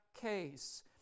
case